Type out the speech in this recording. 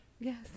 Yes